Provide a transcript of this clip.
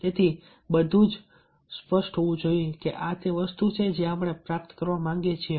તેથી બધું ખૂબ જ સ્પષ્ટ હોવું જોઈએ કે આ તે વસ્તુ છે જે આપણે પ્રાપ્ત કરવા માંગીએ છીએ